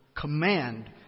command